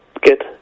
Good